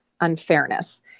unfairness